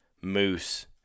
moose